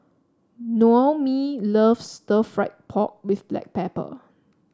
Noemie loves stir fry pork with Black Pepper